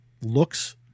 looks